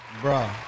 Bro